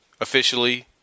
Officially